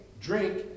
Drink